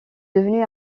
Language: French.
devenu